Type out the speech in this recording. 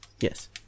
Yes